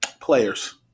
players